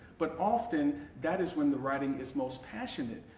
but often, that is when the writing is most passionate,